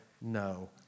no